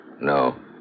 No